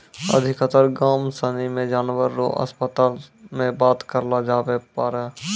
अधिकतर गाम सनी मे जानवर रो अस्पताल मे बात करलो जावै पारै